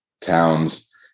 towns